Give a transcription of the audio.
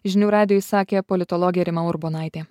žinių radijui sakė politologė rima urbonaitė